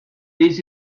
this